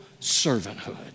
servanthood